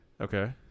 Okay